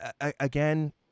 again